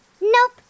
Nope